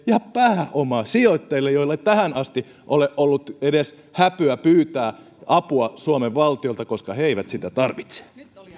ja pääomasijoittajille joilla ei tähän asti ole ollut edes häpyä pyytää apua suomen valtiolta koska he eivät sitä tarvitse